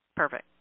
Perfect